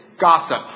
gossip